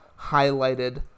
highlighted